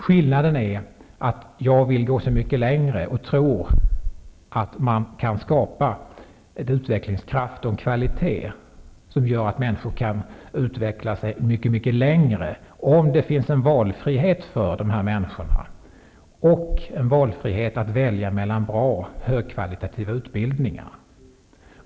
Skillnaden är att jag vill gå så mycket längre och tror att det går att skapa en utvecklingskraft och kvalitet som gör att människor kan utvecklas mer -- om det finns en valfrihet för människorna att välja mellan bra och högkvalitativa utbildningar.